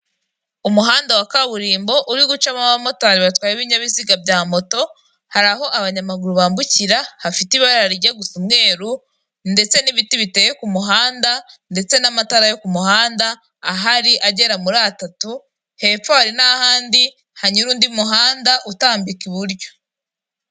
Umuhanda wa kaburimbo uri gucamo abamotari batwaye ibinyabiziga bya moto, hari aho abanyamaguru bambukira, hafite ibara rijya gusa umweru, ndetse n'ibiti biteye ku muhanda, ndetse n'amatara yo ku muhanda ahari agera muri atatu, hepfo hari n'ahandi hanyura undi muhanda utambika iburyo.